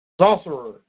Sorcerer